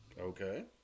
Okay